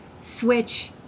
switch